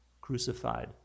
crucified